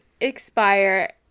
expire